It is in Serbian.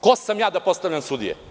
Ko sam ja da postavljam sudije?